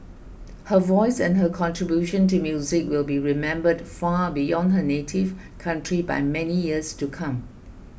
her voice and her contribution to music will be remembered far beyond her native country by many years to come